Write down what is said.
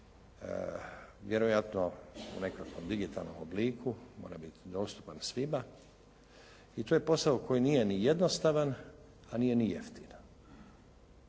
vjerojatno u nekakvom digitalnom obliku mora biti dostupan svima i to je posao koji nije ni jednostavan a nije ni jeftin.